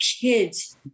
kids